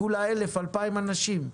כולה 1,000, 2,000 אנשים.